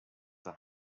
the